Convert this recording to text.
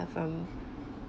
from